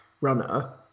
runner